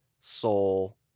soul